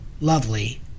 lovely